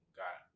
got